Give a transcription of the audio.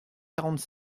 quarante